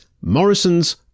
Morrison's